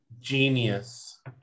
genius